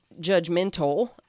judgmental